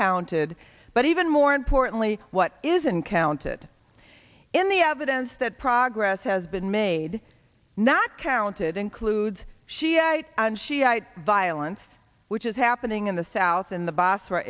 counted but even more importantly what isn't counted in the evidence that progress has been made not counted includes shiite and shiite violence which is happening in the south in the b